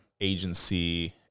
agency